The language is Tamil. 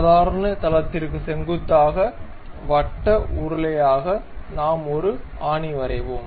சாதாரண தளத்திற்கு செங்குத்தாக வட்ட உருளையாக நாம் ஒரு ஆணி வரைவோம்